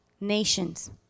nations